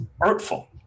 artful